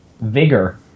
vigor